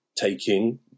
taking